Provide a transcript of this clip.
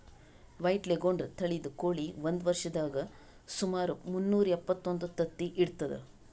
white leghorn ತಳಿದ್ ಕೋಳಿ ಒಂದ್ ವರ್ಷದಾಗ್ ಸುಮಾರ್ ಮುನ್ನೂರಾ ಎಪ್ಪತ್ತೊಂದು ತತ್ತಿ ಇಡ್ತದ್